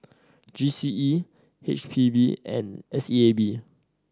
G C E H P B and S E A B